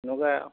এনেকুৱাই আৰু